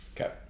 Okay